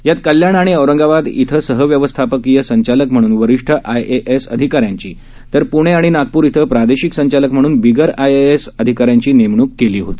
यात कल्याण आणि औरंगाबाद इथं सहव्यवस्थापकीय संचालक म्हणून वरिष्ठ आयएएस अधिकाऱ्यांची तर प्णे आणि नागपूर इथं प्रादेशिक संचालक म्हणून बिगर आयएएस अधिकाऱ्यांची नेमणूक केली होती